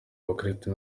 abakirisitu